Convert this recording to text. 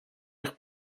eich